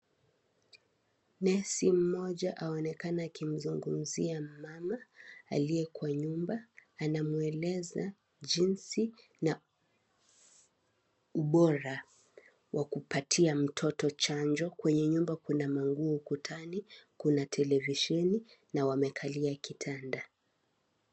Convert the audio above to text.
Nesi mmoja aonekana akimzungumzia mama aliye kwa nyumba, anamueleza jinsi na ubora wa kupatia mtoto chanjo, kwenye nyumba kuna manguo ukutani, kuna televisheni na wamekalia kitanda.